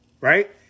right